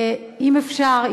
אם אפשר.